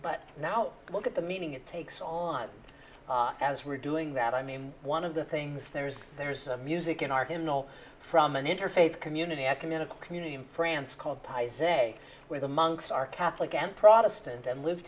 but now look at the meaning it takes on as we're doing that i mean one of the things there's there's a music in our hymnal from an interfaith community ecumenical community in france called pi say where the monks are catholic and protestant and live